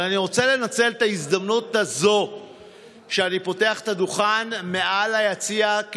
אבל אני רוצה לנצל את ההזדמנות הזו שאני פותח את הדוכן מעל היציע,